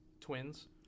twins